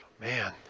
Man